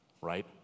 Right